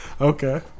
okay